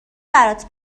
برات